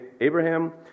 Abraham